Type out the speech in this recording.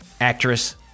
actress